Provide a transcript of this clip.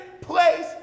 place